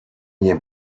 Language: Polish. nie